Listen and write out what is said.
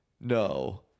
No